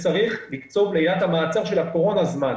שצריך לקצוב ליד המעצר של הקורונה זמן.